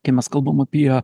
kai mes kalbam apie